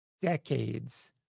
decades